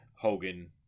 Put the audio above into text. Hogan